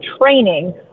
training